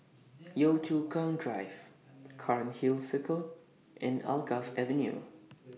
Yio Chu Kang Drive Cairnhill Circle and Alkaff Avenue